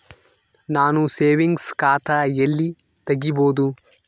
ನಾನು ಸೇವಿಂಗ್ಸ್ ಖಾತಾ ಎಲ್ಲಿ ತಗಿಬೋದು?